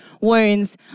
wounds